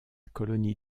colonie